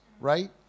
right